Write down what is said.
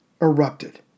erupted